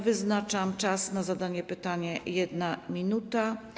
Wyznaczam czas na zadanie pytania - 1 minuta.